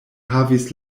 havis